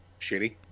shitty